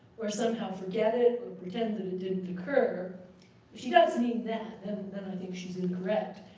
or somehow forget it or pretend that it didn't occur. if she does mean that, then i think she's incorrect.